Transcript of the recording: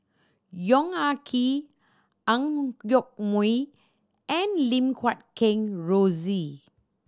Yong Ah Kee Ang Yoke Mooi and Lim Guat Kheng Rosie